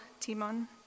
Timon